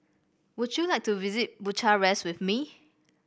would you like to visit Bucharest with me